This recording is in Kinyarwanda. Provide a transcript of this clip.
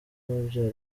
babyara